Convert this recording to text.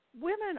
women